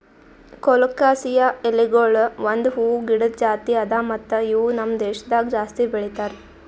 colocasia ಎಲಿಗೊಳ್ ಒಂದ್ ಹೂವು ಗಿಡದ್ ಜಾತಿ ಅದಾ ಮತ್ತ ಇವು ನಮ್ ದೇಶದಾಗ್ ಜಾಸ್ತಿ ಬೆಳೀತಾರ್